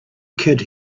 kid